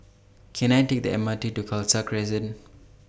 Can I Take The M R T to Khalsa Crescent